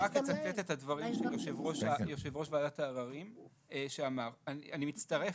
לצטט את הדברים של יושב-ראש ועדת העררים שאמר: "אני מצטרף